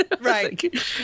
Right